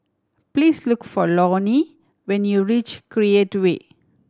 please look for Loree when you reach Create Way